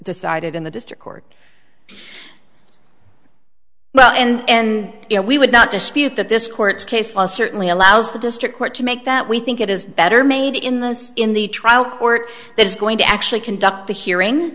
decide it in the district court well and you know we would not dispute that this court case law certainly allows the district court to make that we think it is better made in those in the trial court that is going to actually conduct the hearing